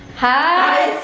hi,